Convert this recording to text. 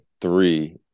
three